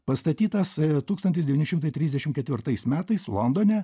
pastatytas tūkstantis devyni šimtai trisdešim ketvirtais metais londone